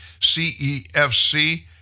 CEFC